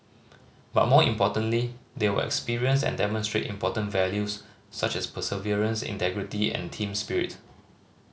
but more importantly they will experience and demonstrate important values such as perseverance integrity and team spirit